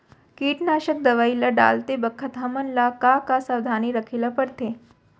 कीटनाशक दवई ल डालते बखत हमन ल का का सावधानी रखें ल पड़थे?